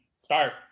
start